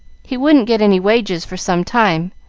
he wouldn't get any wages for some time.